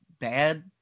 bad